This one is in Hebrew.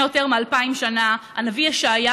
פשוטים, אבל האמת היא שהם לא חדשים.